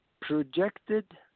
projected